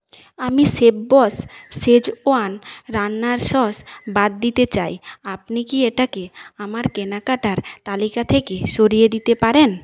আমি শেপবস শেজওয়ান রান্নার সস বাদ দিতে চাই আপনি কি এটাকে আমার কেনাকাটার তালিকা থেকে সরিয়ে দিতে পারেন